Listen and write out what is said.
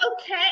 okay